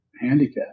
handicap